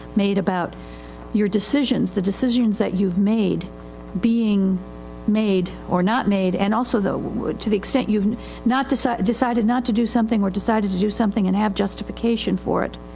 made about your decisions, the decisions that youive made being made or not made. and also to the extent youive and not, decided decided not to do something or decided to do something and have justification for it.